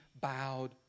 bowed